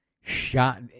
Shot